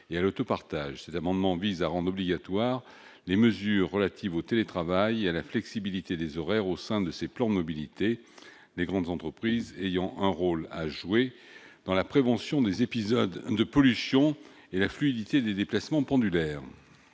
et à l'auto-partage. Cet amendement vise à rendre obligatoires les mesures relatives au télétravail et à la flexibilité des horaires au sein de ces plans de mobilité, les grandes entreprises ayant un rôle à jouer dans la prévention des épisodes de pollution et la fluidité des déplacements pendulaires.